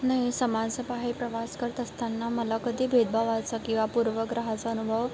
नाही समाजाबाहेर प्रवास करत असताना मला कधी भेदभावाचा किंवा पूर्वग्रहाचा अनुभव